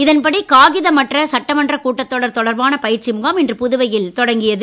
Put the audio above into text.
இதன்படி காகிதமற்ற சட்டமன்ற கூட்டத்தொடர் தொடர்பான பயிற்சி முகாம் இன்று புதுவையில் தொடங்கியது